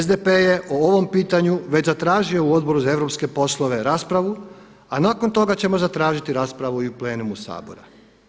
SDP je o ovom pitanju već zatražio u Odboru za europske poslove raspravu, a nakon toga ćemo zatražiti raspravu i u plenumu Sabora.